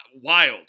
Wild